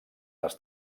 les